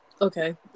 okay